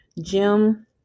Jim